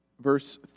verse